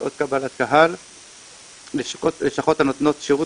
שעות קבלת קהל ולשכות הנותנות שירות